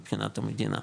מבחינת המדינה.